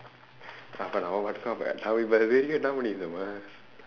half an hour அப்ப இதுவரைக்கும் என்னா பண்ணிக்கிட்டு இருந்தோமா:appa ithuvaraikkum ennaa pannikkitdu irundthoomaa